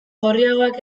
gorriagoak